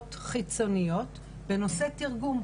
חברות חיצוניות בנושא תרגום,